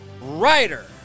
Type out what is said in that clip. writer